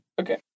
Okay